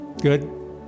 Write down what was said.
Good